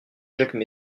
jacques